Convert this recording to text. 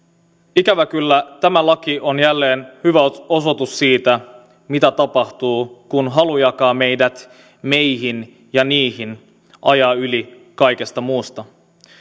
ikävä kyllä tämä laki on jälleen hyvä osoitus siitä mitä tapahtuu kun halu jakaa meidät meihin ja niihin ajaa yli kaikesta muusta